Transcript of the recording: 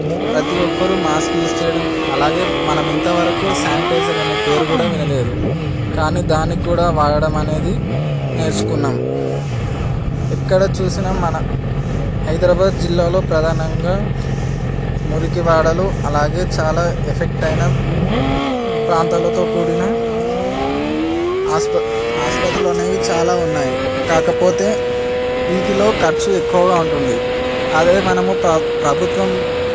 ప్రతి ఒక్కరూ mask use చేయడం అలాగే మనం ఇంతవరకు శానిటైజర్ అనే పేరు కూడా వినలేదు కానీ దానికి కూడా వాడడం అనేది నేర్చుకున్నాం ఎక్కడ చూసినా మన హైదరాబాద్ జిల్లాలో ప్రధానంగా మురికివాడలో అలాగే చాలా ఎఫెక్ట్ అయిన ప్రాంతాలతో కూడిన ఆస్ప ఆస్పత్రులు అనేవి చాలా ఉన్నాయి కాకపోతే వీటిలో ఖర్చు ఎక్కువగా ఉంటుంది అదే మనము ప్ర ప్రభుత్వం